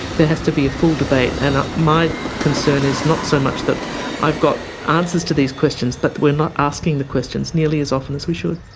there has to be a full debate, and my concern is not so much that i've got answers to these questions but that we're not asking the questions nearly as often as we should.